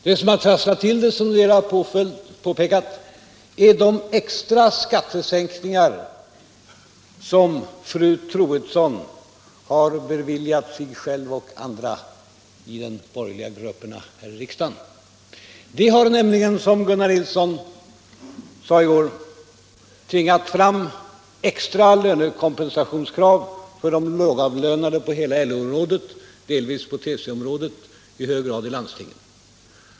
Det som trasslade till det är de extra skattesänkningar som fru Troedsson har beviljat sig själv och andra i de borgerliga grupperna här i riksdagen. Det har nämligen, såsom Gunnar Nilsson sade i går, tvingat fram extra lönekompensationskrav för de lågavlönade inom hela LO-området, delvis på TCO-området och i hög grad inom landstingen.